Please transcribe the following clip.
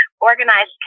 organized